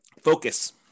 Focus